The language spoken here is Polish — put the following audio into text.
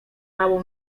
małą